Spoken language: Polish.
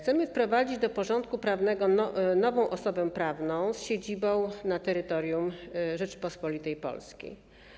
Chcemy wprowadzić do porządku prawnego nową osobę prawną z siedzibą na terytorium Rzeczypospolitej Polskiej.